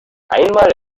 einmal